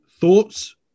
thoughts